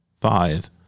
Five